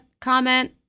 comment